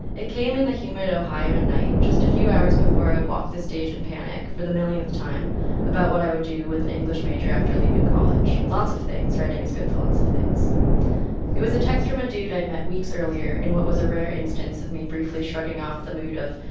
it came in the humid ohioan night, just a few hours before i would walk the stage and panic for the millionth time about what i would do with an english major after leaving college lots of things writing is good for lots of things it was a text from a dude i had met weeks earlier in what was a rare instance of me briefly shrugging off the mood of,